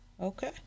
Okay